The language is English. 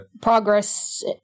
progress